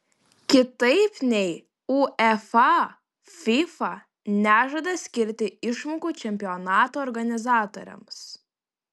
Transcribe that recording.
kitaip nei uefa fifa nežada skirti išmokų čempionato organizatoriams